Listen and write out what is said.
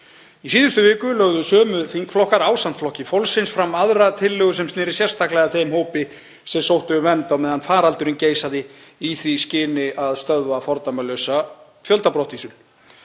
Í síðustu viku lögðu sömu þingflokkar ásamt Flokki fólksins fram aðra tillögu sem sneri sérstaklega að þeim hópi sem sótti um vernd á meðan faraldurinn geisaði í því skyni að stöðva fordæmalausa fjöldabrottvísun.